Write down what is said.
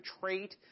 trait